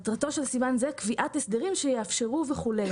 מטרתו של סימן זה, קביעת הסדרים שיאפשרו וכולי.